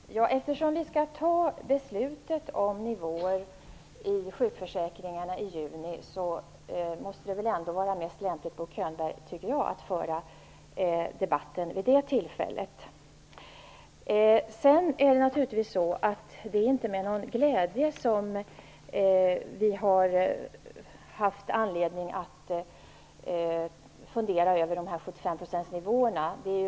Fru talman! Eftersom vi i juni skall fatta beslut om nivåerna i sjukförsäkringarna måste det väl ändå vara mest lämpligt, Bo Könberg, att föra debatten vid det tillfället. Vi har naturligtvis inte med någon glädje funderat över 75-procentsnivån.